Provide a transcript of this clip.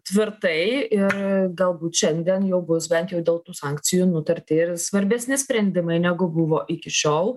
tvirtai ir galbūt šiandien jau bus bent jau dėl tų sankcijų nutarti ir svarbesni sprendimai negu buvo iki šiol